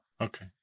okay